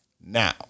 Now